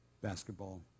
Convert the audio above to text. basketball